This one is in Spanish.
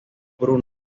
bruno